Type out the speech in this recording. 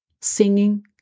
singing